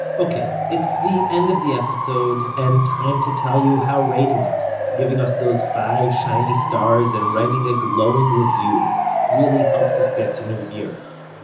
ok, it's the end of the episode, and time to tell you how rating us giving us those five shiny stars and writing a glowing review really helps us get to new ears.